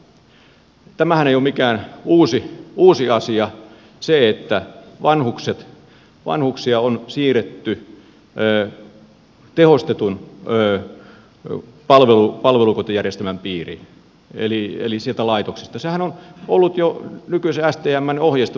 tämähän ei ole mikään uusi asia se että vanhuksia on siirretty tehostetun palvelukotijärjestelmän piiriin eli sieltä laitoksista sehän on ollut jo nykyisten stmn ohjeistusten mukainen